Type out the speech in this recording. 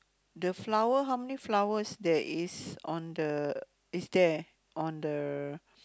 the flower how many flowers there is on the is there on the